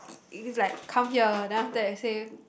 he's like come here then after that say